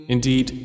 Indeed